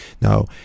Now